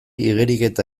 igeriketa